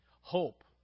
Hope